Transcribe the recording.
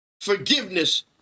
forgiveness